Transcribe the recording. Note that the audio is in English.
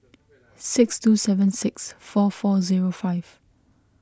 six two seven six four four zero five